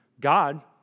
God